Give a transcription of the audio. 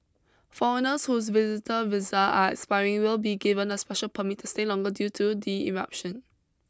foreigners whose visitor visa are expiring will be given a special permit to stay longer due to the eruption